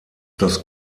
das